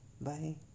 Bye